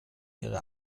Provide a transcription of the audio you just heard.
ihre